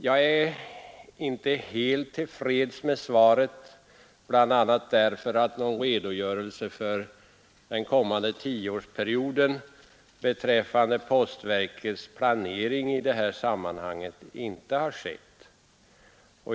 Jag är inte helt till freds med svaret, bl.a. därför att någon redogörelse för den kommande tioårsperioden beträffande postverkets planering i detta sammanhang inte har skett.